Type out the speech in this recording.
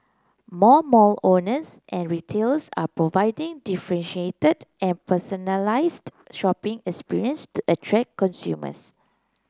more mall owners and retailers are providing differentiated and personalised shopping experience to attract consumers